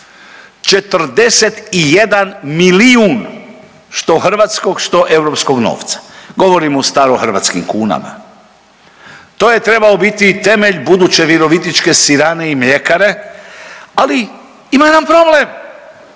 41 milijun što hrvatskog, što europskog novca. Govorim o starohrvatskim kunama. To je trebao biti temelj buduće virovitičke sirane i mljekare, ali ima jedan problem.